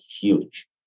huge